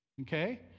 okay